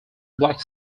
black